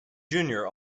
junior